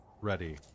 ready